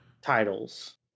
titles